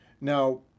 Now